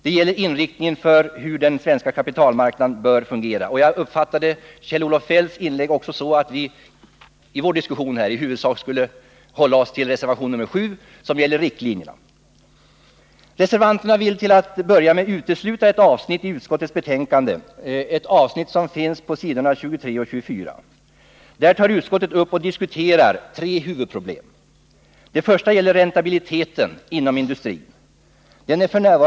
Det gäller inriktningen för hur den svenska kapitalmarknaden bör fungera. Jag uppfattade Kjell-Olof Feldts inlägg så att vi i vår diskussion här i huvudsak skulle hålla oss till reservationen nr 7, som gäller riktlinjerna. Reservanterna vill till att börja med utesluta ett avsnitt i utskottets betänkande som finns på s. 23 och 24. Där tar utskottet upp och diskuterar tre huvudproblem. Det första gäller räntabiliteten inom industrin. Den ärf.